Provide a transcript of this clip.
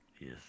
Yes